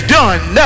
done